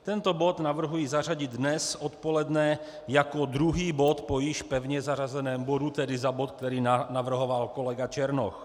Tento bod navrhuji zařadit dnes odpoledne jako druhý bod po již pevně zařazeném bodu, tedy za bod, který navrhoval kolega Černoch.